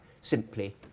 simply